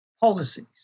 policies